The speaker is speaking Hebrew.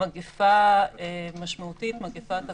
מגפה משמעותית, מגפת הקורונה,